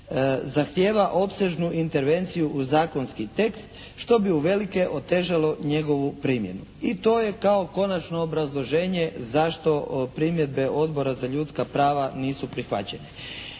zahtijeva opsežnu intervenciju u zakonski tekst što bi uvelike otežalo njegovu primjenu i to je kao konačno obrazloženje zašto primjedbe Odbora za ljudska prava nisu prihvaćene.